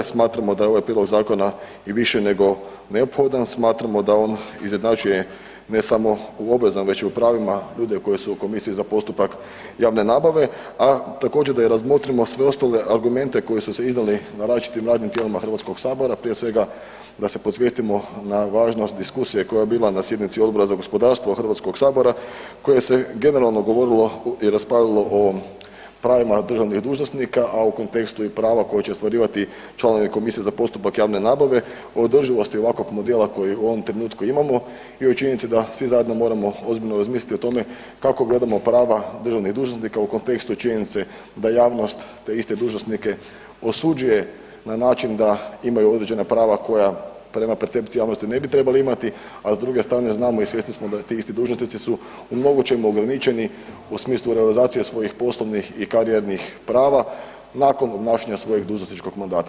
Smatramo da je ovaj prijedlog zakona i više nego neophodan, smatramo da on izjednačuje ne samo u obveznom već i u pravima ljude koji su u komisiji za postupak javne nabave, a također da i razmotrimo sve ostale argumente koji su se izdali na različitim radnim tijelima HS, prije svega da se podsvijestimo na važnost diskusije koja je bila na sjednici Odbora za gospodarstvo HS koje se generalno govorilo i raspravljalo o pravima državnih dužnosnika, a u kontekstu i prava koja će ostvarivati članovi komisije za postupak javne nabave, o održivosti ovakvog modela koji u ovom trenutku imamo i o činjenici da svi zajedno moramo ozbiljno razmislit o tome kako gledamo prava državnih dužnosnika u kontekstu činjenice da javnost te iste dužnosnike osuđuje na način da imaju određena prava koja prema percepciji javnosti ne bi trebali imati, a s druge strane znamo i svjesni smo da ti isti dužnosnici su u mnogočemu ograničeni u smislu realizacije svojih poslovnih i karijernih prava nakon obnašanja svojeg dužnosničkog mandata.